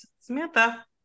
Samantha